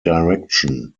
direction